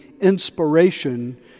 inspiration